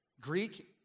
Greek